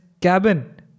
cabin